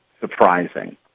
surprising